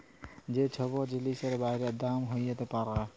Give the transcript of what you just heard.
যে ছব জিলিসের বাইড়ে দাম হ্যইতে পারে